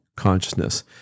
consciousness